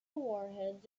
warheads